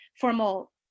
formal